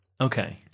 Okay